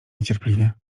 niecierpliwie